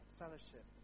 fellowship